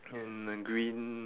in a green